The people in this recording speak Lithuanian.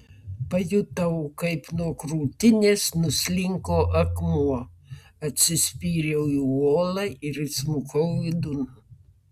pajutau kaip nuo krūtinės nuslinko akmuo atsispyriau į uolą ir įsmukau vidun